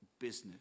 business